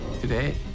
Today